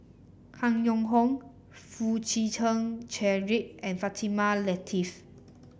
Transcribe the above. Yong Hong Foo Chee Keng Cedric and Fatimah Lateef